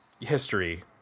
history